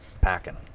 packing